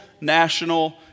national